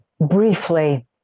briefly